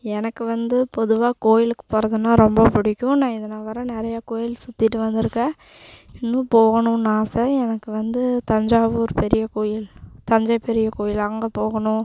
எனக்கு வந்து பொதுவாக கோவிலுக்கு போகிறதுன்னா ரொம்ப பிடிக்கும் நான் இது நாள் வர நிறைய கோவில் சுற்றிட்டு வந்துருக்கேன் இன்னும் போகணுன்னு ஆசை எனக்கு வந்து தஞ்சாவூர் பெரிய கோவில் தஞ்சை பெரிய கோவிலு அங்கே போகணும்